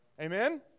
Amen